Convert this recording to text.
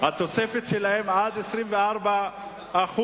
התוספת שלהם שהיו צריכים לקבל, עד 24%